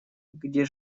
где